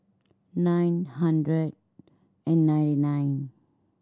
nine hundred and ninety nine